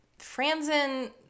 franzen